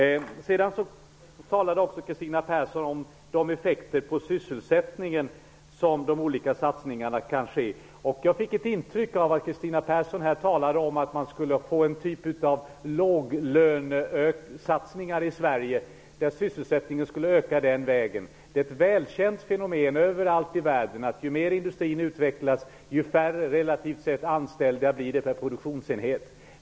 Kristina Persson talade också om de olika satsningarnas effekter på sysselsättningen. Jag fick intrycket att hon menade att man skulle ha en typ av låglönesatsningar i Sverige och att sysselsättningen skulle öka den vägen. Men det är ett välkänt fenomen över allt i världen att ju mer industrin utvecklas, desto färre anställda blir det per produktionsenhet, relativt sett.